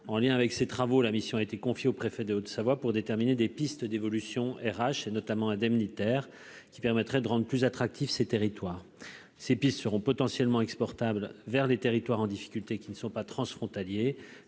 En lien avec ces travaux, une mission a été confiée au préfet de Haute-Savoie pour déterminer des pistes d'évolution en matière de ressources humaines, notamment indemnitaires, qui permettraient de rendre plus attractifs ces territoires. Ces pistes seront potentiellement exportables vers des territoires en difficulté qui ne sont pas transfrontaliers.